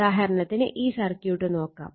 ഉദാഹരണത്തിന് ഈ സർക്യൂട്ട് നോക്കാം